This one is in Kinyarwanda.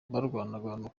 barwanaga